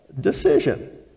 decision